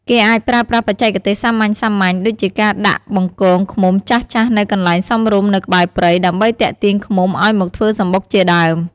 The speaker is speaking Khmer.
គេអាចប្រើប្រាស់បច្ចេកទេសសាមញ្ញៗ ដូចជាការដាក់បង្គងឃ្មុំចាស់ៗនៅកន្លែងសមរម្យនៅក្បែរព្រៃ ដើម្បីទាក់ទាញឃ្មុំឲ្យមកធ្វើសំបុកជាដើម។